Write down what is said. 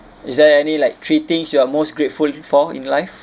is there any like three things you are most grateful for in life